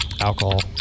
Alcohol